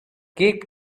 keep